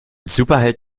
superheld